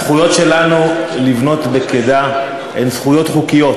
הזכויות שלנו לבנות בקידה הן זכויות חוקיות,